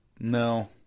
No